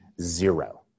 zero